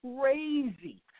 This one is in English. crazy